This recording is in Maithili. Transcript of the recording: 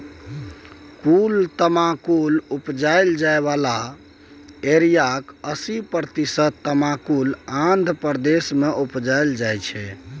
कुल तमाकुल उपजाएल जाइ बला एरियाक अस्सी प्रतिशत तमाकुल आंध्र प्रदेश मे उपजाएल जाइ छै